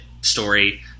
story